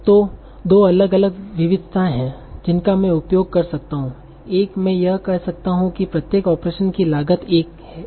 तो दो अलग अलग विविधताएं हैं जिनका मैं उपयोग कर सकता हूं एक मैं कह सकता हूं कि प्रत्येक ऑपरेशन की लागत 1 है